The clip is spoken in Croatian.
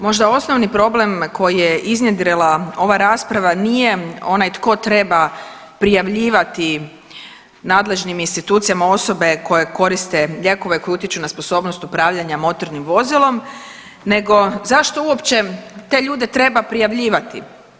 Možda osnovni problem koji je iznjedrila ova rasprava nije onaj tko treba prijavljivati nadležnim institucijama osobe koje koriste lijekove koji utječu na sposobnost upravljanja motornim vozilom, nego zašto uopće te ljude treba prijavljivati.